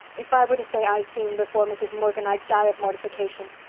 if i were to say i seen before mrs. morgan i'd die of mortification.